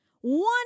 One